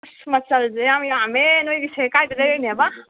ꯏꯁ ꯃꯆꯜꯁꯦ ꯌꯥꯝ ꯌꯥꯝꯃꯦ ꯅꯣꯏꯒꯤꯁꯦ ꯀꯥꯏꯗꯒꯤ ꯂꯩꯔꯛꯏꯅꯦꯕ